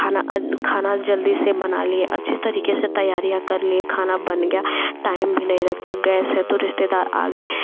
खाना खाना जल्दी से बना लिए अच्छी तरीके से तैयारियाँ कर लिए खाना बन गया टाइम भी नहीं लगता गैस है तो रिश्तेदार आगे